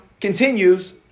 continues